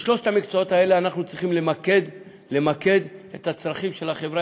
בשלושת המקצועות האלה אנחנו צריכים למקד את הצרכים של החברה